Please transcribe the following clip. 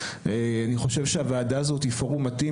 אני חושב שהוועדה הזאת היא פורום מתאים,